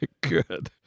good